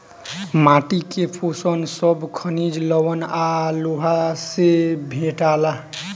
माटी के पोषण सब खनिज, लवण आ लोहा से भेटाला